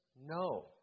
no